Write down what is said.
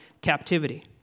captivity